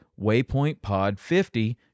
waypointpod50